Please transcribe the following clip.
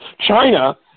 China